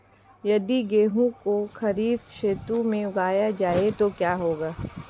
यदि गेहूँ को खरीफ ऋतु में उगाया जाए तो क्या होगा?